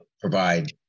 provide